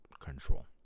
control